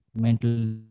mental